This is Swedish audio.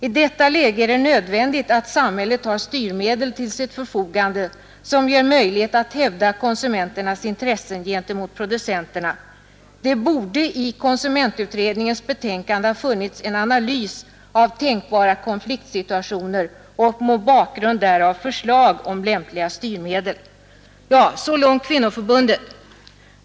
I detta läge är det nödvändigt att samhället har styrmedel till förfogande som ger möjlighet att hävda konsumenternas intressen gentemot producenternas. Det borde i konsumentutredningens betänkande ha funnits en analys av tänkbara konfliktsituationer och mot bakgrund därav förslag om lämpliga styrmedel, säger Kvinnoförbundet.